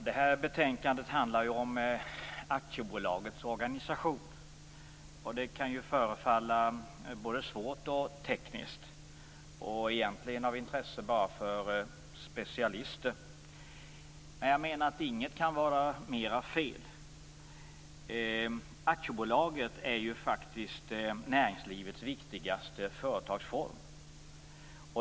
Herr talman! Betänkandet handlar om aktiebolagets organisation. Det kan ju förefalla både svårt och tekniskt, och egentligen av intresse bara för specialister. Men jag menar att inget kan vara mer fel. Aktiebolaget är faktiskt näringslivets viktigaste företagsform.